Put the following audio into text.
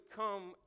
come